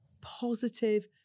positive